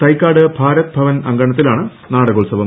തൈക്കാട് ഭാരത് ഭവൻ അങ്കണത്തിലാണ് നാടകോത്സവം